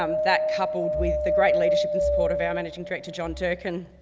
um that coupled with the great leadership and support of our managing director john durkin.